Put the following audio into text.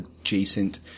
adjacent